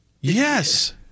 Yes